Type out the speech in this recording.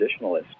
traditionalist